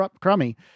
crummy